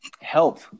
help